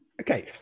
Okay